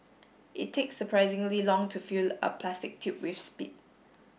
it takes surprisingly long to fill a plastic tube with spit